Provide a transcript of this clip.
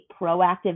proactive